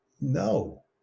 no